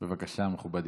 בבקשה, מכובדי.